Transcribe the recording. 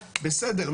בסדר,